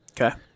Okay